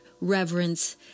reverence